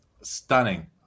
stunning